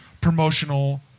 promotional